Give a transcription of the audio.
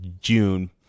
June